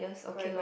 correct correct